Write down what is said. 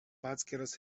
atskiras